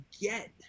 get